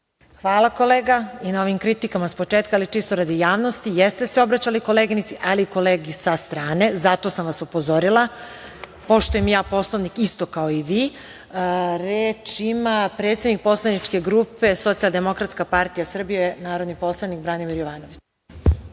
Hvala kolega i na ovim kritika s početka. Čisto radi javnosti, jeste se obraćali koleginici, ali i kolegi sa strane. Zato sam vas upozorila. Poštujem Poslovnik isto kao i vi. Reč ima predsednik poslaničke grupe SDPS, narodni poslanik Branimir Jovanović.